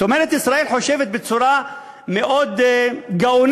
זאת אומרת, ישראל חושבת בצורה מאוד גאונית: